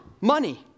money